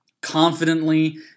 Confidently